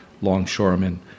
longshoremen